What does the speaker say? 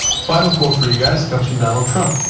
final quote for you guys comes from donald trump.